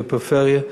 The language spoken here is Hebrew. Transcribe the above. בפריפריה.